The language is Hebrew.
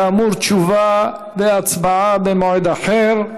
כאמור, תשובה והצבעה במועד אחר.